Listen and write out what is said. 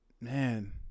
Man